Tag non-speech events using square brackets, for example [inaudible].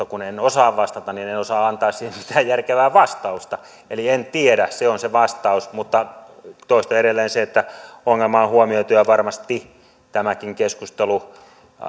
[unintelligible] kun en en osaa vastata niin en osaa antaa siihen mitään järkevää vastausta eli en tiedä se on se vastaus mutta toistan edelleen sen että ongelma on huomioitu ja varmasti tämäkin keskustelu